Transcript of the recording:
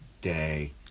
day